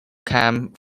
came